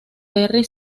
terry